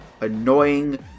annoying